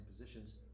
positions